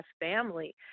family